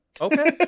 Okay